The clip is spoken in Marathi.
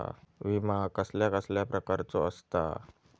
विमा कसल्या कसल्या प्रकारचो असता?